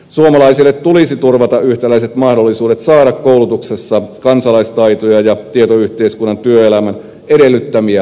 suomalaisille tulisi turvata yhtäläiset mahdollisuudet saada koulutuksessa kansalaistaitoja ja tietoyhteiskunnan työelämän edellyttämiä valmiuksia